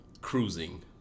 cruising